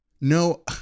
no